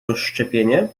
rozszczepienie